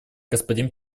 господин